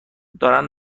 دارن